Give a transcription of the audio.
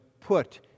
put